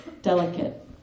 delicate